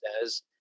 says